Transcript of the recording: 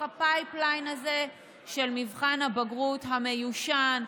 ה-pipeline הזה של מבחן הבגרות המיושן,